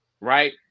right